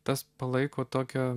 tas palaiko tokią